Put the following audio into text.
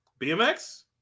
BMX